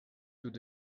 would